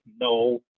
no